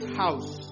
house